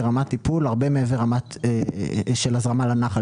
היא רמת טיפול הרבה מעבר לרמה של הזרמה לנחל.